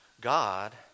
God